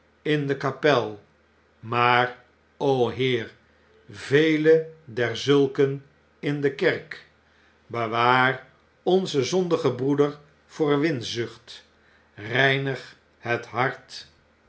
in de kapel maar heer vele derzulken in de kerk bewaar onzen zondigen broeder voor winzucht beinig het hart